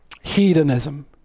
hedonism